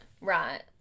Right